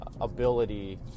Ability